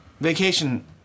Vacation